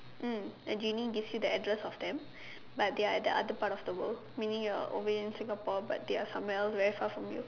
mm a genie gives you the address of them but they are at the other part of the world meaning you are away in Singapore but they are somewhere else very far from you